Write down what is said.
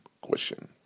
question